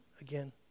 again